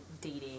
dating